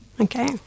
Okay